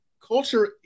culture